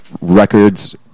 records